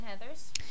Heather's